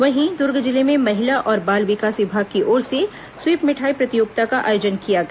वहीं दुर्ग जिले में महिला और बाल विकास विभाग की ओर से स्वीप मिठाई प्रतियोगिता का आयोजन किया गया